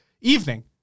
evening